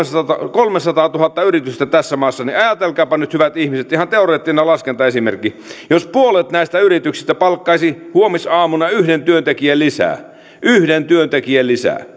kolmesataatuhatta yritystä tässä maassa ajatelkaapa nyt hyvät ihmiset ihan teoreettinen laskentaesimerkki jos puolet näistä yrityksistä palkkaisi huomisaamuna yhden työntekijän lisää yhden työntekijän lisää